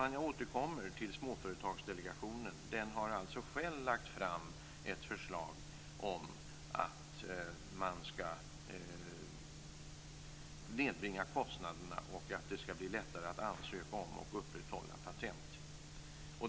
Jag återkommer till Småföretagsdelegationen. Den har alltså själv lagt fram ett förslag om att man skall nedbringa kostnaderna och att det skall bli lättare att ansöka om och upprätthålla patent.